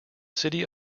city